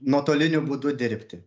nuotoliniu būdu dirbti